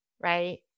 right